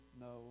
no